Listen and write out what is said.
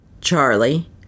Charlie